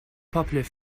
popular